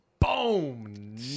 boom